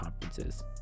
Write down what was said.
conferences